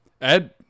Ed